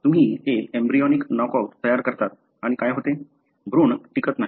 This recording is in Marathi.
तुम्ही एक एम्ब्रियोनिक नॉकआउट तयार करता आणि काय होते भ्रूण टिकत नाहीत